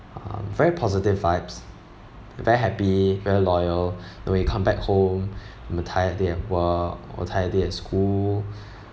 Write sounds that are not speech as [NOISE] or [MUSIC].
um very positive vibes very happy very loyal [BREATH] when you come back home [BREATH] in a tired day at work or tired day at school